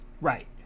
Right